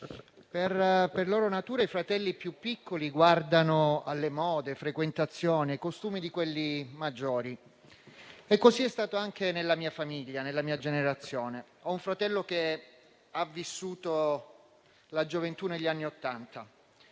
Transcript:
per loro natura, i fratelli più piccoli guardano alle mode, alle frequentazioni e ai costumi di quelli maggiori e così è stato anche nella mia famiglia, nella mia generazione. Ho un fratello che ha vissuto la gioventù negli anni Ottanta,